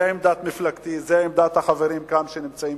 זו עמדת מפלגתי, זו עמדת החברים כאן,